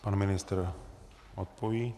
Pan ministr odpoví.